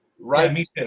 Right